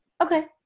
Okay